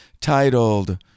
titled